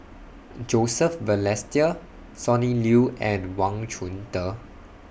Joseph Balestier Sonny Liew and Wang Chunde